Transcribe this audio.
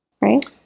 Right